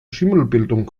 schimmelbildung